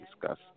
discuss